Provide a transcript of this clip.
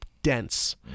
dense